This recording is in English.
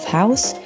house